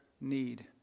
need